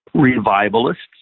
revivalists